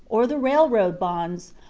or the railroad bonds,